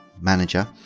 manager